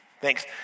Thanks